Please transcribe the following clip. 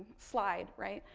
slide, right.